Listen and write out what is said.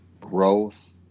growth